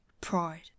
pride